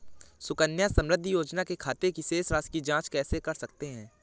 सुकन्या समृद्धि योजना के खाते की शेष राशि की जाँच कैसे कर सकते हैं?